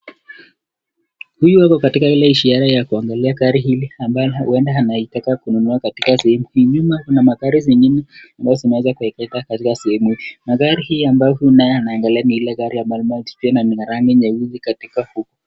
Huyu ako katika ile ziara ya kuangalia gari ambalo uenda anataka kununua katika sehemu hii. Nyuma kuna magari zingine ambazo zimeweza kuwekezwa katika sehemu hii. Magari hii ambayo huyu naye anaagalia ni ile gari ambayo ni might pay,(cs),na ni ya rangi nyeusi katika ku.